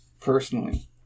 personally